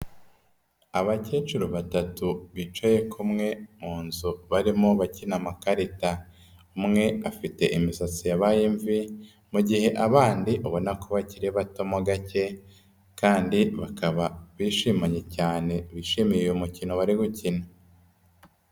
Abakecuru batatu bicaye kumwe mu nzu barimo bakina amakarita, umwe afite imisatsi yabaye imvi, mu gihe abandi ubona ko bakiri bato mo gake kandi bakaba bishimanye cyane bishimiye uyu mukino bari gukina.